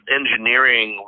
engineering